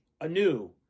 anew